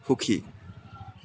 সুখী